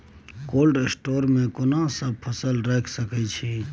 Cold store मे केना सब फसल रखि सकय छी?